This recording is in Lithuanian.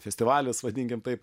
festivalis vadinkim taip